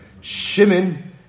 Shimon